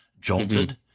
jolted